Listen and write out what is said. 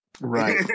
Right